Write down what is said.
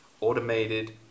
automated